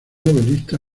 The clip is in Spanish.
novelista